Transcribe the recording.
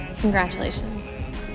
Congratulations